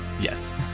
Yes